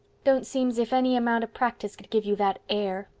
don't seem's if any amount of practice could give you that air.